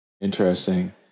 interesting